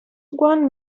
one